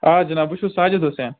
آ جِناب بہٕ چھُس ساجٕد حُسیٖن